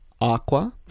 Aqua